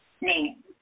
name